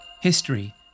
History